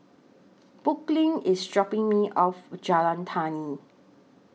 Brooklyn IS dropping Me off Jalan Tani